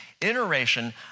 iteration